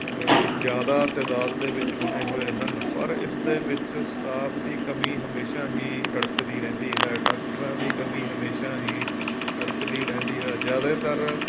ਜ਼ਿਆਦਾ ਤਾਦਾਦ ਦੇ ਵਿੱਚ ਬਣੇ ਹੋਏ ਹਨ ਪਰ ਇਸ ਦੇ ਵਿੱਚ ਸਟਾਫ ਦੀ ਕਮੀ ਹਮੇਸ਼ਾ ਹੀ ਰੜਕਦੀ ਰਹਿੰਦੀ ਹੈ ਡਾਕਟਰਾਂ ਦੀ ਕਮੀ ਹਮੇਸ਼ਾ ਹੀ ਰੜਕਦੀ ਰਹਿੰਦੀ ਹੈ ਜ਼ਿਆਦਾਤਰ